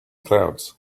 clouds